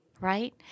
Right